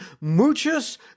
Muchas